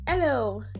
Hello